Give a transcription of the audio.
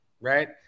right